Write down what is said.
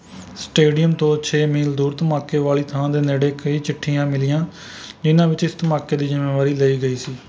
stadium ਤੋਂ ਛੇ ਮੀਲ ਦੂਰ ਧਮਾਕੇ ਵਾਲੀ ਥਾਂ ਦੇ ਨੇੜੇ ਕਈ ਚਿੱਠੀਆਂ ਮਿਲੀਆਂ ਜਿਨ੍ਹਾਂ ਵਿੱਚ ਇਸ ਧਮਾਕੇ ਦੀ ਜ਼ਿੰਮੇਵਾਰੀ ਲਈ ਗਈ ਸੀ